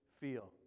feel